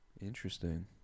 Interesting